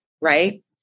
right